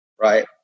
right